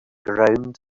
ground